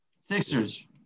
Sixers